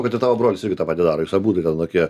kad ir tavo brolis irgi tą patį daro jūs abudu ten tokie